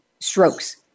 strokes